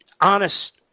honest